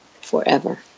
forever